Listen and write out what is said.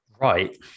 Right